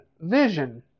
Vision